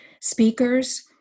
speakers